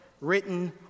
written